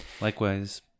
Likewise